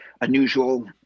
unusual